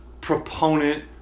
proponent